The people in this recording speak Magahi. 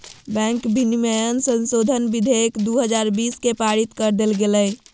बैंक विनियमन संशोधन विधेयक दू हजार बीस के पारित कर देल गेलय